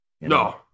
No